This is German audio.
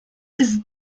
ist